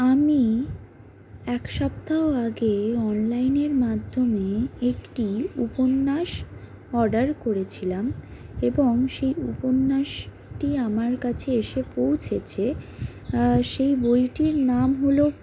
আমি এক সপ্তাহ আগে অনলাইনের মাধ্যমে একটি উপন্যাস অর্ডার করেছিলাম এবং সেই উপন্যাসটি আমার কাছে এসে পৌঁছেছে সেই বইটির নাম হলো